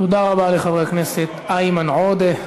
תודה רבה לחבר הכנסת איימן עודה.